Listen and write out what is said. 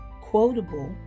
Quotable